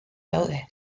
daude